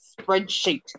spreadsheet